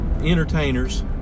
entertainers